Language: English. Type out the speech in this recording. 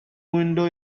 window